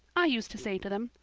i used to say to them,